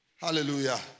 Hallelujah